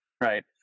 right